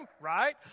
right